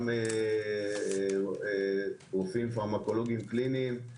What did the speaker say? גם רופאים פארמקולויים קליניים,